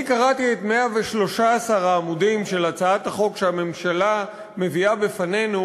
אני קראתי את 113 העמודים של הצעת החוק שהממשלה מביאה בפנינו,